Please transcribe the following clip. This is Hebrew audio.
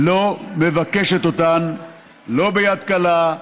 מבקשת אותן לא ביד קלה,